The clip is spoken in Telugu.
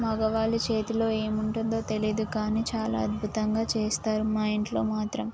మగవాళ్ళ చేతిలో ఏమి ఉంటుందో తెలియదు కానీ చాలా అద్భుతంగా చేస్తారు మా ఇంట్లో మాత్రం